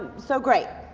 so great.